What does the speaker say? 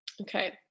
Okay